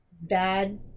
bad